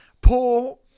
Poor